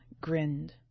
grinned